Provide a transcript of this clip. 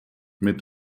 mit